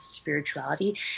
spirituality